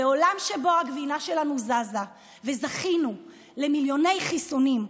בעולם שבו הגבינה שלנו זזה וזכינו למיליוני חיסונים,